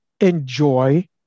enjoy